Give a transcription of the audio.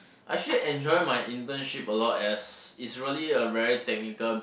I actually enjoy my internship a lot as is really a very technical